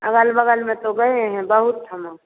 अगल बगल में तो गए हैं बहुत थमा